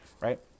Right